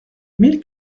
mille